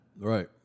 Right